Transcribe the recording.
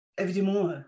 évidemment